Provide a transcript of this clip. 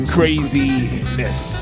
craziness